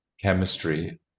chemistry